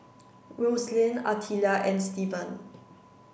Roselyn Artelia and Steven